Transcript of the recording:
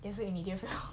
也是 immediate fail